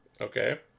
Okay